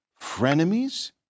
frenemies